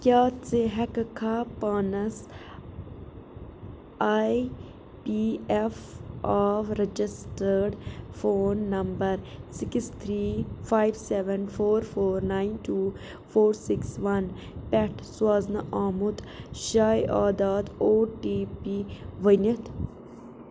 کیٛاہ ژٕ ہیٚککھا پانَس آی پی ایف آو registered phone number six three five seven four four nine two four six one پٮ۪ٹھ سوزنہٕ آمُت شَے آداد او ٹی پی ؤنِتھ